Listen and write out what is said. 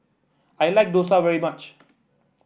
I like Dosa very much